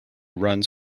runs